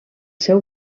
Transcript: seu